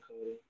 Cody